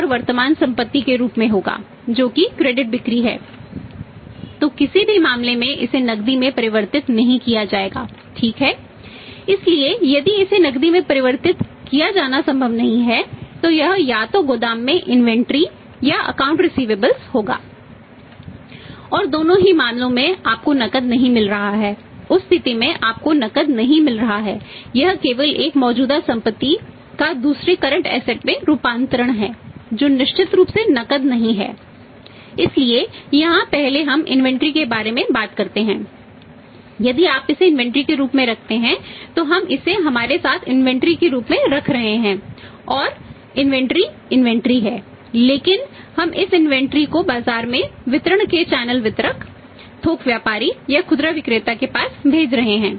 और दोनों ही मामलों में आपको नकद नहीं मिल रहा है उस स्थिति में आपको नकद नहीं मिल रहा है यह केवल एक मौजूदा संपत्ति का दूसरी करंट ऐसेट वितरक थोक व्यापारी या खुदरा विक्रेता के पास भेज रहे हैं